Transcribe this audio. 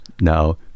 now